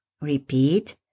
Repeat